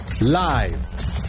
Live